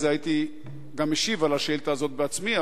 הייתי גם משיב על השאילתא הזאת בעצמי,